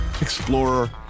Explorer